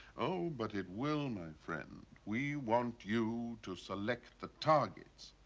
oh, but it will my friend. we want you to select the targets.